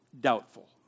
doubtful